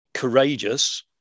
Courageous